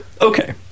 Okay